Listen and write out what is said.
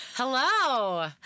Hello